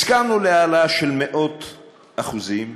הסכמנו להעלאה של מאות אחוזים,